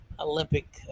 Olympic